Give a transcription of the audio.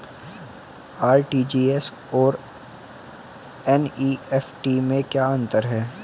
RTGS और NEFT में क्या अंतर है?